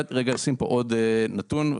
יש לפחות עוד שתי בעיות שחייבות לקבל פתרון מיידי.